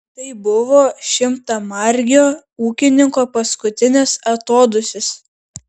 tai buvusio šimtamargio ūkininko paskutinis atodūsis